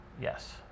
Yes